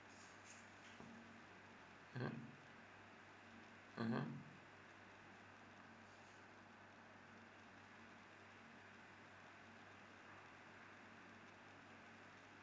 mmhmm mmhmm